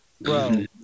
Bro